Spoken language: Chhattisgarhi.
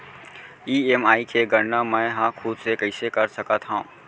ई.एम.आई के गड़ना मैं हा खुद से कइसे कर सकत हव?